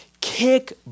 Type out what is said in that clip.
kick